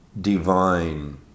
divine